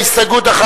ההסתייגויות,